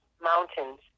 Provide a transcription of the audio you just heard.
Mountains